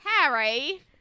Harry